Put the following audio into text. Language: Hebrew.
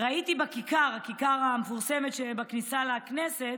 ראיתי בכיכר, הכיכר המפורסמת שבכניסה לכנסת,